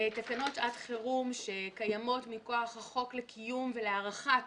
תקנות שעת חירום שקיימות מכוח החוק לקיום ולהארכת